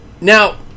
Now